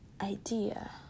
idea